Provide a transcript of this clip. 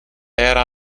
era